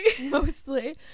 Mostly